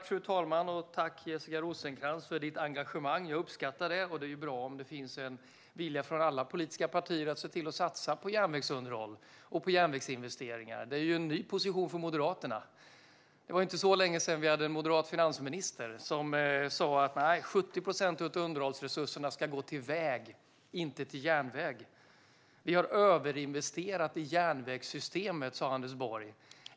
Fru talman! Jag tackar Jessica Rosencrantz för hennes engagemang, som jag uppskattar. Det är bra om det finns en vilja från alla politiska partier att satsa på järnvägsunderhåll och järnvägsinvesteringar. Men detta är en ny position för Moderaterna. Det var inte så länge sedan vi hade en moderat finansminister som sa att 70 procent av underhållsresurserna skulle gå till väg och inte till järnväg. Vi har överinvesterat i järnvägssystemet, sa Anders Borg.